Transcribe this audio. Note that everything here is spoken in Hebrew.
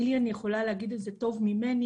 ליליאן יכולה להגיד את זה טוב ממני,